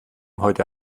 heute